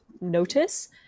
notice